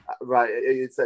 right